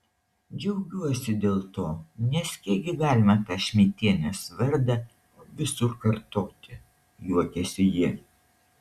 džiaugiuosi dėl to nes kiek gi galima tą šmidtienės vardą visur kartoti juokėsi ji